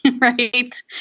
right